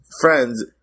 friends